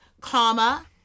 comma